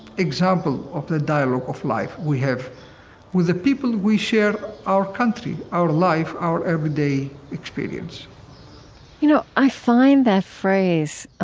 example, of the dialogue of life we have with the people we share our country, our life, our everyday experience you know, i find that phrase,